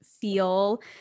feel